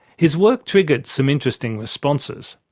his work triggered some interesting responses.